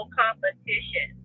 competition